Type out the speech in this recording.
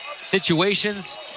situations